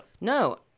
No